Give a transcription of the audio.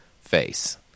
face